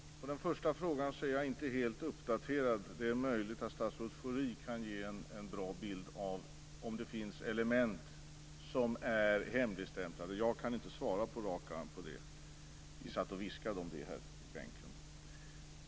Herr talman! Den första frågan är jag inte helt uppdaterad på. Det är möjligt att statsrådet Schori kan ge en bra bild av om det finns element som är hemligstämplade. Jag kan inte svara på det på rak arm.